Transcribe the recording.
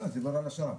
בסדר, דיברנו על השר"מ.